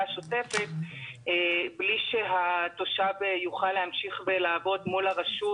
השוטפת בלי שהתושב יוכל להמשיך ולעבוד מול הרשות,